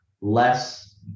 less